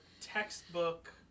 textbook